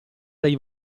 dai